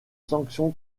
sanction